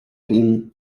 been